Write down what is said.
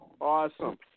Awesome